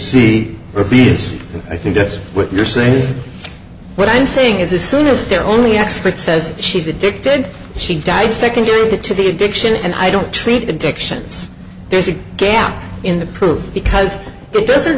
peace i think that what you're saying what i'm saying is as soon as their only expert says she's addicted she died second you get to the addiction and i don't treat addictions there's a gap in the proof because it doesn't